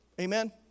Amen